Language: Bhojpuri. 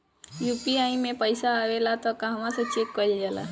यू.पी.आई मे पइसा आबेला त कहवा से चेक कईल जाला?